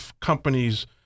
companies